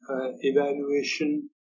evaluation